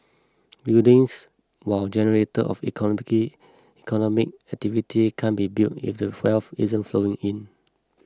buildings while generator of economic activity can't be built if the wealth isn't flowing in